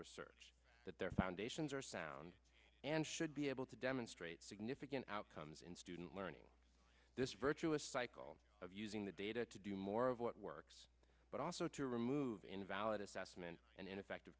research that their foundations are sound and should be able to demonstrate significant outcomes in student learning this virtuous cycle of using the data to do more of what works but also to remove invalid assessment and effective